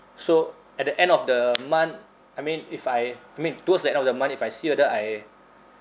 so at the end of the month I mean if I mean towards the end of the month if I see whether I